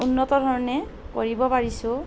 উন্নত ধৰণে কৰিব পাৰিছোঁ